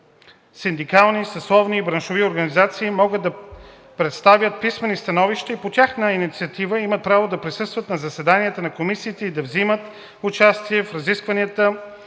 синдикални, съсловни и браншови организации може да представят писмени становища и по тяхна инициатива имат право да присъстват на заседанията на комисиите и да вземат участие в разисквания